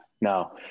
no